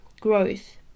growth